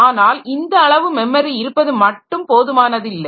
ஆனால் இந்த அளவு மெமரி இருப்பது மட்டும் போதுமானது இல்லை